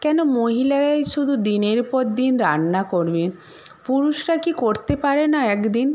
কেন মহিলারাই শুধু দিনের পর দিন রান্না করবে পুরুষরা কি করতে পারে না এক দিন